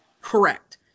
Correct